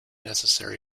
necessary